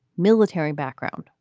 military background,